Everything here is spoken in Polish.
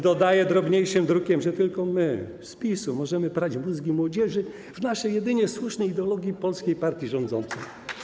Dodaje drobniejszym drukiem, że tylko my, PiS, możemy prać mózgi młodzieży, wpajać im jedyną słuszną ideologię polskiej partii rządzącej.